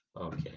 Okay